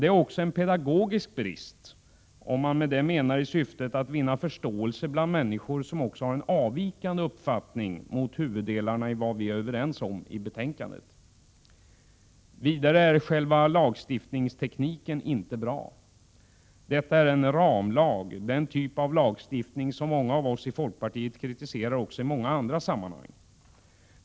Detta är också en pedagogisk brist, om man har syftet att vinna förståelse också hos människor som har avvikande uppfattning mot huvuddelarna av vad vi är överens om i betänkandet. Vidare är själva lagstiftningstekniken inte bra. Detta är en ramlag — den typ av lagstiftning som många av oss i folkpartiet också kritiserar i många andra sammanhang.